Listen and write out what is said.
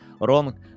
wrong